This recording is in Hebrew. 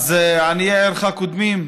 אז עניי עירך קודמים.